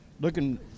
looking